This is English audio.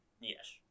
Yes